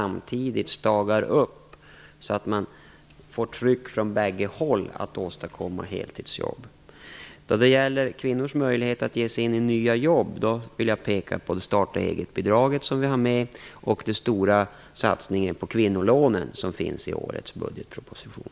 Man måste samtidigt staga upp för att få ett tryck från bägge håll att åstadkomma heltidsjobb. När det gäller kvinnors möjligheter att ge sig in i nya jobb vill jag peka på starta-eget-bidraget och den stora satsningen på kvinnolånen som finns i årets budgetproposition.